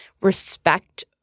respect